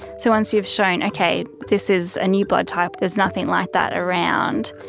so once you've shown, okay, this is a new blood type, there's nothing like that around.